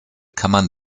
kammern